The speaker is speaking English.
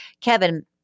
Kevin